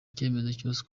icyemezo